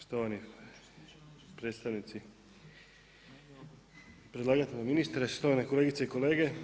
Štovani predstavnici predlagatelja, ministre, štovane kolegice i kolege.